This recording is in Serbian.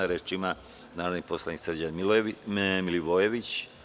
Reč ima narodni poslanik Srđan Milivojević.